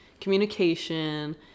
communication